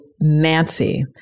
Nancy